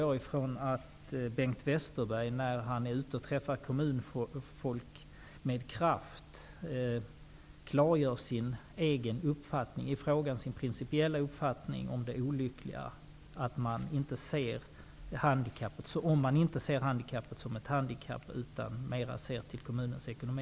Jag utgår från att Bengt Westerberg, när han är ute och träffar kommunfolk, med kraft klargör sin egen uppfattning i frågan, sin principiella uppfattning om det olyckliga i att man inte ser ett handikapp som ett handikapp -- i stället ser man ju mera till kommunens ekonomi.